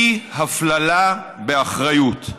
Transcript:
אי-הפללה באחריות.